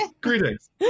greetings